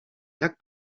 jak